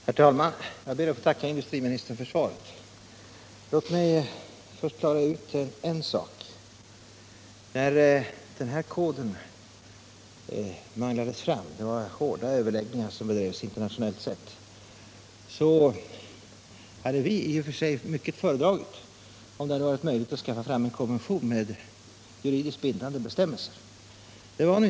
Herr talman! Jag ber att få tacka industriministern för svaret. Låt mig först klara ut en sak. När den här koden manglades fram — det var hårda internationella överläggningar — hade vi i och för sig föredragit att det hade varit möjligt att skapa en konvention med juridiskt bindande bestämmelser.